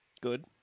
Good